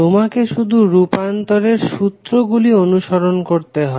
তোমাকে শুধু রুপান্তরের সূত্র গুলিকে অনুসরন করতে হবে